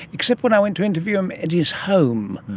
except when i went to interview him at his home.